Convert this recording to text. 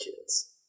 kids